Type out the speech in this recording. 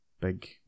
big